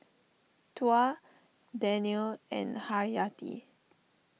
Tuah Daniel and Haryati